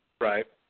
Right